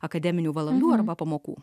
akademinių valandų arba pamokų